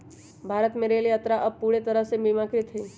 भारत में रेल यात्रा अब पूरा तरह से बीमाकृत हई